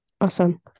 awesome